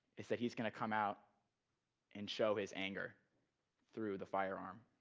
is that he's going to come out and show his anger through the firearm.